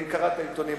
אם קראת עיתונים הבוקר.